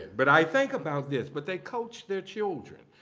but i think about this, but they coach their children.